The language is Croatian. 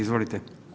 Izvolite.